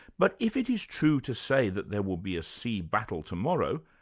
but if it is true to say that there will be a sea battle tomorrow,